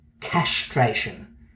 castration